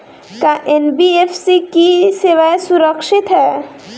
का एन.बी.एफ.सी की सेवायें सुरक्षित है?